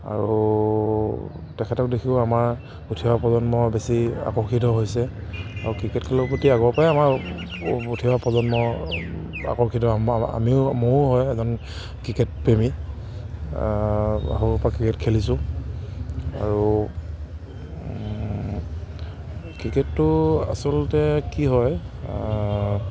আৰু তেখেতক দেখিও আমাৰ উঠি অহা প্ৰজন্ম বেছি আকৰ্ষিত হৈছে আৰু ক্ৰিকেট খেলৰ প্ৰতি আগৰ পৰাই আমাৰ উঠি অহা প্ৰজন্ম আকৰ্ষিত আমাৰ আমিও ময়ো হয় এজন ক্ৰিকেটপ্ৰেমী সৰুৰ পৰা ক্ৰিকেট খেলিছোঁ আৰু ক্ৰিকেটটো আচলতে কি হয়